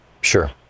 Sure